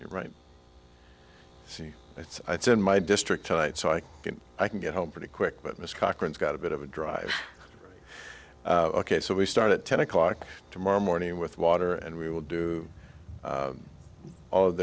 you're right see it's ice in my district tonight so i can i can get home pretty quick but miss cochran's got a bit of a drive ok so we start at ten o'clock tomorrow morning with water and we will do all of